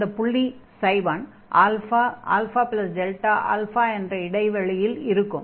அந்தப் புள்ளி 1 αα என்ற இடைவெளியில் இருக்கும்